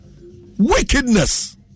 wickedness